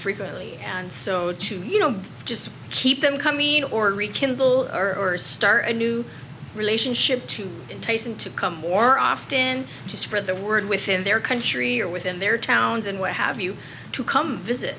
frequently and so to you know just keep them coming or rekindle or start a new relationship to entice them to come more often to spread the word within their country or within their towns and what have you to come visit